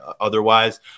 otherwise